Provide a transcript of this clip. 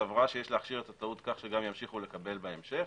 וסברה שיש להכשיר את הטעות כך שימשיכו לקבל גם בהמשך.